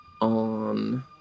on